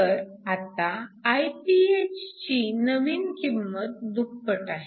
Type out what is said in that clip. तर आता Iph ची नवीन किंमत दुप्पट आहे